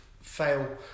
fail